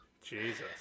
Jesus